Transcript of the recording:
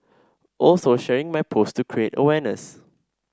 also sharing my post to create awareness